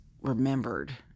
remembered